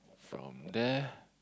from there